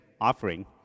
offering